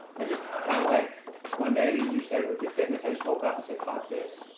i just kind of like one day, you said with your fitness, i just woke up and said fuck this.